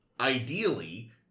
ideally